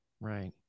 Right